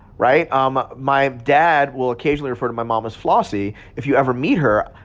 right? um my dad will occasionally refer to my mom as flossy. if you ever meet her,